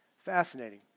Fascinating